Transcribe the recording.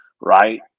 right